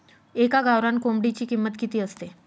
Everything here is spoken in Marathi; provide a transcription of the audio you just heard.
एका गावरान कोंबडीची किंमत किती असते?